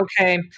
Okay